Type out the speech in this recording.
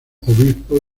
obispo